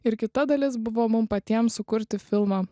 ir kita dalis buvo mum patiem sukurti filmą